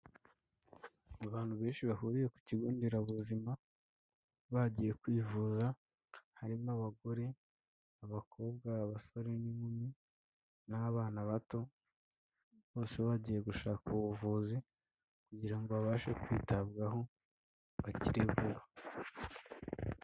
Abantu benshi bahuriye ku kigonderabuzima bagiye kwivura harimo abagore, abakobwa, abasore n'inkumi n'abana bato bose bagiye gushaka ubuvuzi kugira ngo babashe kwitabwaho bakire vuba.